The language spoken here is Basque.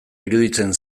iruditzen